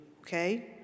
Okay